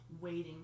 waiting